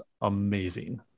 amazing